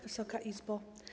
Wysoka Izbo!